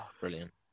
Brilliant